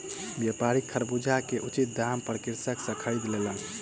व्यापारी खरबूजा के उचित दाम पर कृषक सॅ खरीद लेलक